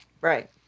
Right